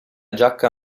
giacca